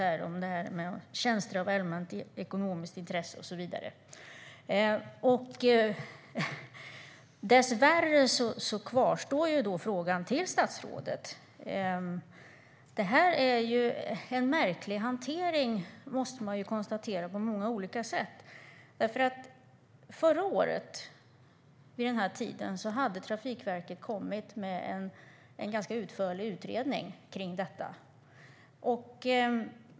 Det handlar om tjänster av allmänt ekonomiskt intresse och så vidare. Dessvärre kvarstår frågan till statsrådet. Det här är en märklig hantering, måste man konstatera, på många olika sätt. Förra året vid den här tiden hade Trafikverket kommit med en ganska utförlig utredning om detta.